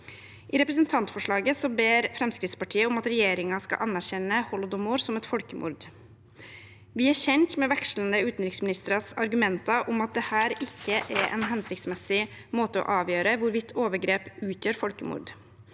I representantforslaget ber Fremskrittspartiet om at regjeringen skal anerkjenne holodomor som et folkemord. Vi er kjent med vekslende utenriksministeres argumenter om at dette ikke er en hensiktsmessig måte å avgjøre hvorvidt overgrep utgjør folkemord